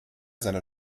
seiner